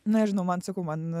na ir nu man ir sakau man